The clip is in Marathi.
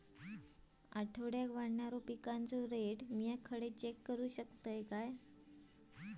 आठवड्याक वाढणारो पिकांचो रेट मी खडे चेक करू शकतय?